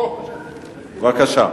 בבקשה.